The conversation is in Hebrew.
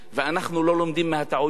ואנחנו לא לומדים מהטעויות,